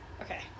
okay